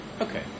Okay